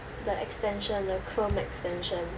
the extension a chrome extension